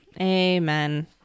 Amen